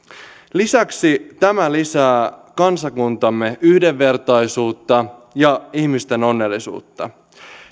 lisäksi tämä lisää kansakuntamme yhdenvertaisuutta ja ihmisten onnellisuutta